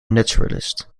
naturalist